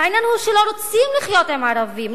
העניין הוא שלא רוצים לחיות עם ערבים,